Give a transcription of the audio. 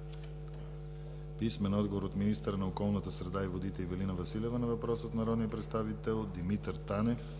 - писмен отговор от министъра на околната среда и водите Ивелина Василева на въпрос от народния представител Димитър Танев;